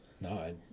No